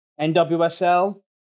NWSL